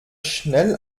schnell